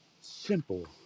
simple